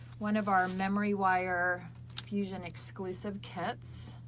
one of our memory wire fusion exclusive kits,